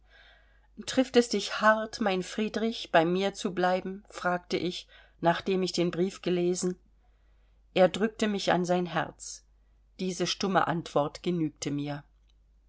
trifft es dich hart mein friedrich bei mir zu bleiben fragte ich nachdem ich den brief gelesen er drückte mich an sein herz diese stumme antwort genügte mir